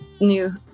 new